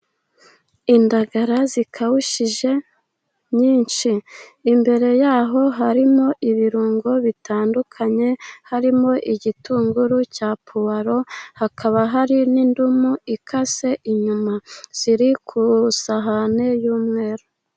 Indagara zikawushije nyinshi. Imbere yaho harimo ibirungo bitandukanye harimo igitunguru cya puwaro, hakaba hari n'indimu ikase inyuma ziri ku isahane y'umweru.